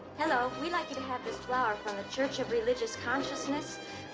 hello. we'd like you to have this flower from the church of religious consciousness.